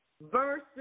Verse